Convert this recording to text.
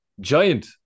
Giant